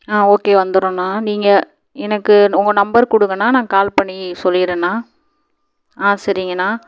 ஆ okay வந்துடுறோன்ணா நீங்கள் எனக்கு உங்கள் நம்பர் கொடுங்கண்ணா நான் கால் பண்ணி சொல்லிடுறேன்ணா ஆ சரிங்கண்ணா